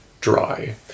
dry